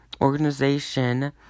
organization